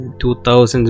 2000s